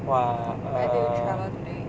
!wah! err